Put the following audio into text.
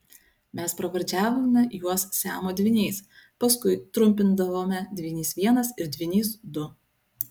mes pravardžiavome juos siamo dvyniais paskui trumpindavome dvynys vienas ir dvynys du